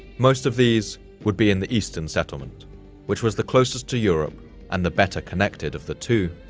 most of these would be in the eastern settlement which was the closest to europe and the better connected of the two.